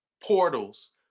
portals